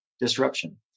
disruption